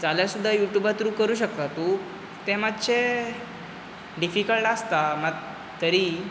जाल्यार सुद्दां युटुबा त्रू करूंक शकता तूं तें मात्शें डिफिकल्ट आसता मात तरी